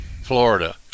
Florida